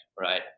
right